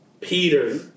Peter